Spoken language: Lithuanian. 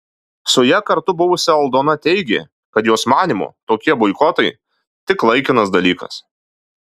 su ja kartu buvusi aldona teigė kad jos manymu tokie boikotai tik laikinas dalykas